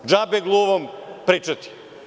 Džabe gluvom pričati.